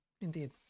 Indeed